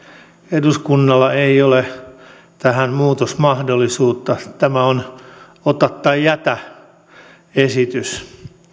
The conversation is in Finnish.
eduskunnalla ei ole tähän muutosmahdollisuutta tämä on ota tai jätä esitys